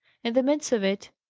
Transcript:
in the midst of it,